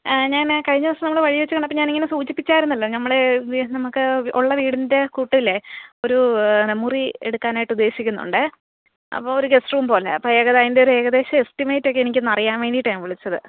ഞാൻ കഴിഞ്ഞ ദിവസം നമ്മൾ വഴി വെച്ച് കണ്ടപ്പോൾ ഞാനിങ്ങനെ സൂചിപ്പിച്ചായിരുന്നല്ലോ നമ്മൾ നമുക്ക് ഉള്ള വീടിൻറ്റെ കൂട്ടിൽ ഒരൂ മുറി എടുക്കാനായിട്ട് ഉദ്ദേശിക്കുന്നുണ്ട് അപ്പോൾ ഒരു ഗസ്റ്റ് റൂം പോലെ അപ്പോൾ ഏകദേശം അതിൻറ്റൊരു ഏകദേശം എസ്റ്റീമേറ്റൊക്കെ എനിക്കൊന്ന് അറിയാൻ വേണ്ടീട്ടാണ് ഞാൻ വിളിച്ചത്